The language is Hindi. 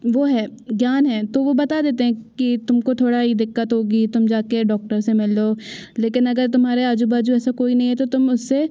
वो है ज्ञान है तो वो बता देते हैं कि तुमको थोड़ा ये दिक्कत होगी तुम जाके डॉक्टर से मिलो लेकिन अगर तुम्हारे आजू बाजू ऐसा कोई नहीं है तो तुम उससे